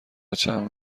چند